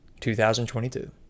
2022